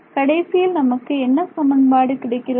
கடைசியில் நமக்கு என்ன சமன்பாடு கிடைக்கிறது